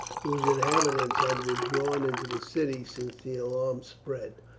whose inhabitants had withdrawn into the city since the alarm spread.